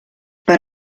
per